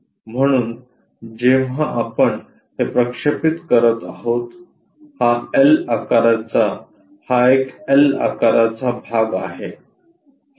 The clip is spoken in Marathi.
म्हणून जेव्हा आपण हे प्रक्षेपित करत आहोत हा एल आकाराचा हा एक एल आकाराचा भाग आहे